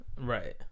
Right